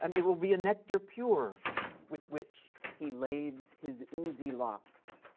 um it will be a nectar pure with which he laves his oozy locks.